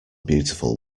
beautiful